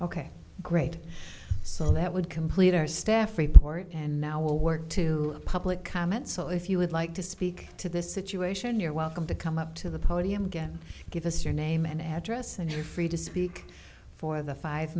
ok great so that would complete our staff report and now we'll work to public comment so if you would like to speak to this situation you're welcome to come up to the podium again give us your name and address and you're free to speak for the five